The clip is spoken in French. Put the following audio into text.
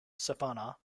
cependant